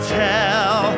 tell